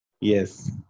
Yes